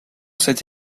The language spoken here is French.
cet